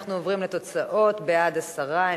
ואנחנו עוברים לתוצאות: עשרה בעד,